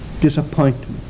disappointment